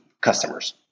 customers